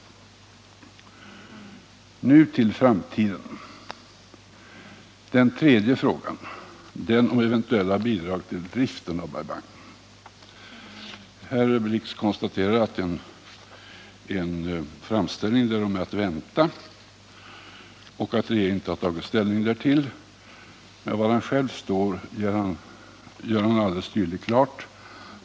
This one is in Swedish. Nu till framtiden — den tredje frågan, nämligen den om eventuella bidrag till driften av Bai Bang. Herr Blix konstaterar att en framställning därom är att vänta och att regeringen inte tagit ställning därtill. Men var han själv står gör han alldeles tydligt klart.